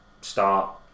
start